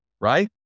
right